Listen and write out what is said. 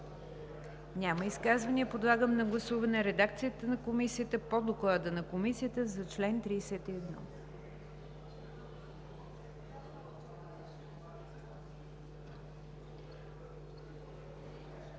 Няма изказвания. Подлагам на гласуване редакцията на Комисията по Доклада на Комисията за чл. 31.